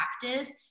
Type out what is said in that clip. practice